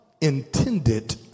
intended